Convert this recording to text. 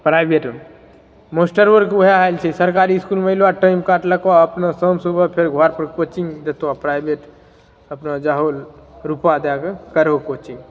प्राइभेटमे मास्टरो आरके ओएह हाल छै सरकारी इसकुलमे एलहुँ आ टाइम काटलक अपना शाम सुबह फेर घर पर कोचिंग जेतऽ प्राइभेट अपना जाहो रूपा दैके करहो कोचिंग